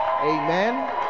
Amen